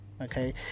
Okay